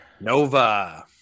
Nova